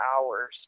hours